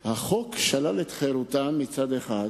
החוק שלל את חירותם מצד אחד,